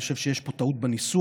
אני חושב שיש פה טעות בניסוח.